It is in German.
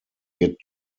wird